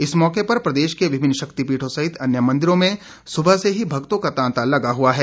इस मौके पर प्रदेश के विभिन्न शक्तिपीठों सहित अन्य मंदिरों में सुबह से ही भक्तों का तांता लगा हुआ है